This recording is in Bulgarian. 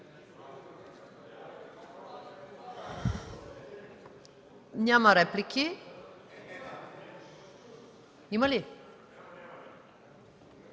няма реплики